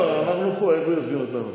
אנחנו פה, איך הוא יזמין אותנו?